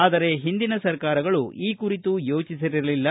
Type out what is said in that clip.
ಆದರೆ ಹಿಂದಿನ ಸರ್ಕಾರಗಳು ಈ ಕುರಿತು ಯೋಚಿಸಿರಲಿಲ್ಲ